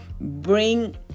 bring